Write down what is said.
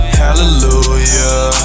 hallelujah